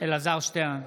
אלעזר שטרן,